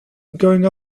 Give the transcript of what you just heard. going